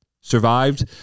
survived